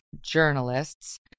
Journalists